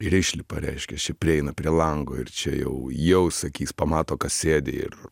ir išlipa reiškias čia prieina prie lango ir čia jau jau sakys pamato kas sėdi ir